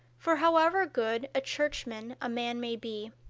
for however good a churchman a man may be,